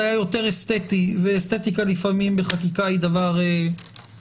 היה יותר אסטטי לפעמים אסתטיקה בחקיקה היא דבר חשוב,